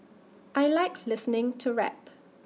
I Like listening to rap